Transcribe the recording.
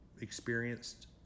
experienced